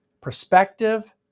perspective